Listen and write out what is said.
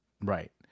right